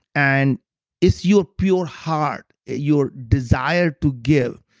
and it's your pure heart, your desire to give,